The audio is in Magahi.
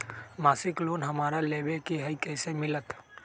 मासिक लोन हमरा लेवे के हई कैसे मिलत?